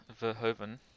Verhoeven